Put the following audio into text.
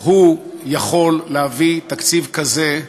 הוא יכול להביא תקציב כזה,